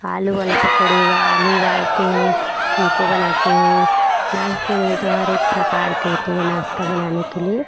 आलू वाला पकौड़ी हो गया आलू उबालते हैं उनको बनाते हैं नाश्ते में तो हर एक प्रकार के होते हैं नाश्ता बनाने के लिए